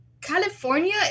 California